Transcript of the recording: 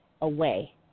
away